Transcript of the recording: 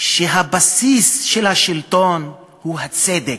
שהבסיס של השלטון הוא הצדק,